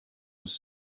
was